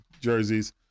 jerseys